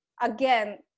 again